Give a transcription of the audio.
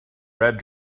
red